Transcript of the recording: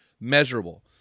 measurable